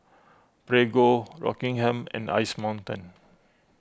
Prego Rockingham and Ice Mountain